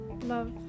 love